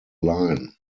line